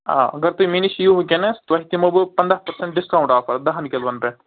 آ اگر تُہۍ مےٚ نِش یِیِو وُنکٮ۪نس تۅہہِ دِمو بہٕ پنٛداہ پٔرسنٛٹ ڈِسکاوُنٛٹ آفر دَہن کلوون پٮ۪ٹھ